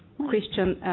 christian